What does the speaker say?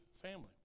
family